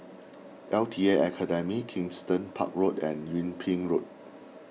L T A Academy Kensington Park Road and Yung Ping Road